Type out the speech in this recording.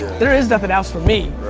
there is nothing else for me.